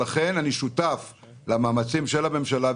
ולכן אני שותף למאמצים של הממשלה.